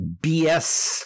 BS